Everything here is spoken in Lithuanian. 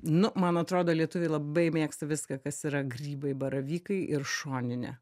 nu man atrodo lietuviai labai mėgsta viską kas yra grybai baravykai ir šoninė